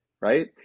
right